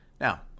Now